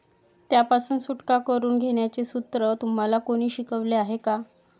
त्यापासून सुटका करून घेण्याचे सूत्र तुम्हाला कोणी शिकवले आहे का?